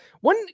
One